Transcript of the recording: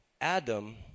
Adam